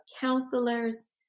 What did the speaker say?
counselors